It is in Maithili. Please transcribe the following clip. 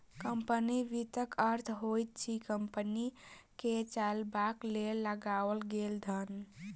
कम्पनी वित्तक अर्थ होइत अछि कम्पनी के चलयबाक लेल लगाओल गेल धन